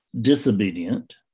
disobedient